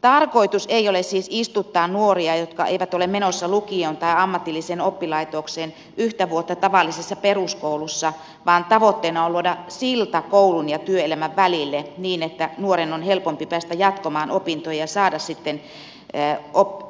tarkoitus ei ole siis istuttaa nuoria jotka eivät ole menossa lukioon tai ammatilliseen oppilaitokseen yhtä vuotta tavallisessa peruskoulussa vaan tavoitteena on luoda silta koulun ja työelämän välille niin että nuoren on helpompi päästä jatkamaan opintoja ja saada sitten